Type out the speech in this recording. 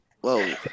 Whoa